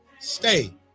stay